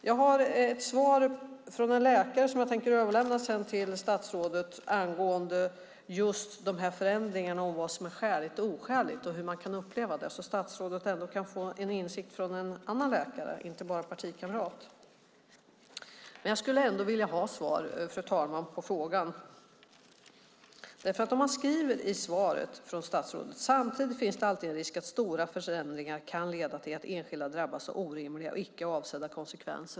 Jag har ett svar från en läkare som jag tänker överlämna till statsrådet angående de föreslagna förändringarna och vad som är skäligt och oskäligt och hur man kan uppleva det, så att statsrådet kan få en insikt från en annan läkare än en partikamrat. Jag skulle vilja ha svar, fru talman, på min fråga. Man skriver i svaret: "Samtidigt finns det alltid en risk att stora förändringar kan leda till att enskilda kan drabbas av orimliga och icke avsedda konsekvenser."